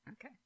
okay